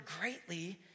greatly